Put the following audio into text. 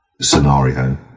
scenario